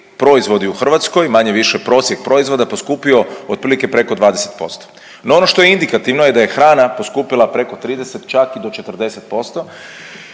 proizvodi u Hrvatskoj manje-više prosjek proizvoda poskupio otprilike preko 20%. No ono što je indikativno je da je hrana poskupila preko 30 čak i do 40%,